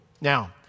Now